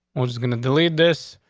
was was going to delete this.